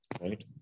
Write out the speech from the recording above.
right